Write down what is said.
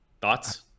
Thoughts